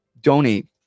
donate